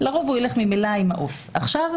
לרוב הוא ממילא ילך עם העובד הסוציאלי.